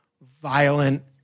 violent